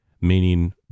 meaning